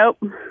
Nope